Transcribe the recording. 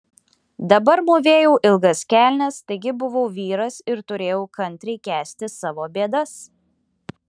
dabar mūvėjau ilgas kelnes taigi buvau vyras ir turėjau kantriai kęsti savo bėdas